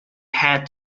had